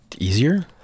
easier